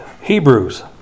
Hebrews